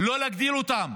לא להגדיל אותם.